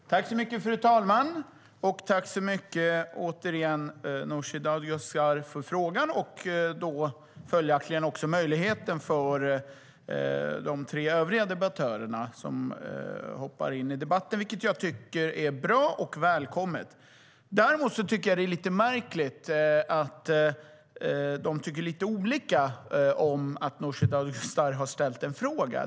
STYLEREF Kantrubrik \* MERGEFORMAT Svar på interpellationerDäremot tycker jag att det är lite märkligt att de tycker olika om att Nooshi Dadgostar har ställt en fråga.